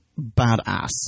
badass